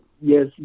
yes